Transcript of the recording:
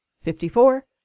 fifty-four